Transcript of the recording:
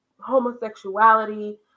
homosexuality